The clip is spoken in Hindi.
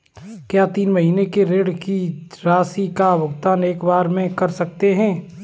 क्या तीन महीने के ऋण की राशि का भुगतान एक बार में कर सकते हैं?